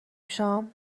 شام